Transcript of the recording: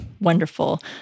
wonderful